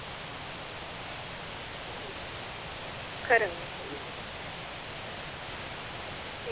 खरा खरा